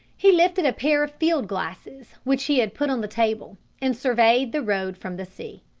he lifted a pair of field glasses which he had put on the table, and surveyed the road from the sea.